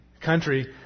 country